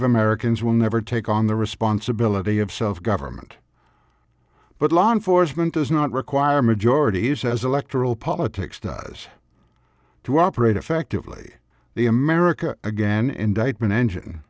of americans will never take on the responsibility of self government but law enforcement does not require majorities as electoral politics does to operate effectively the america again indictment engine